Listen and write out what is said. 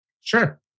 Sure